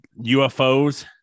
ufos